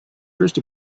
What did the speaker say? first